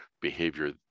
behavior